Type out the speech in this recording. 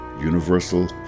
Universal